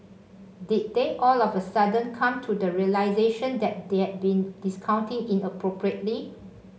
did they all of a sudden come to the realisation that they had been discounting inappropriately